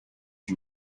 you